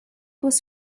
was